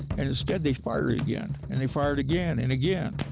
and instead they fired again and they fired again and again.